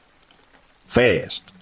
Fast